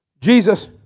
Jesus